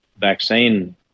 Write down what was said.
vaccine